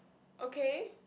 okay